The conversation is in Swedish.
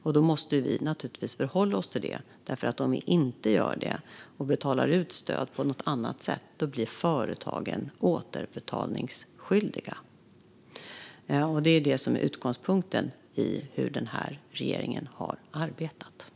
Vi måste naturligtvis förhålla oss till det, för om vi inte gör det och betalar ut stöd på något annat sätt blir företagen återbetalningsskyldiga. Det är det som är utgångspunkten i hur den här regeringen har arbetat.